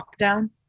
lockdown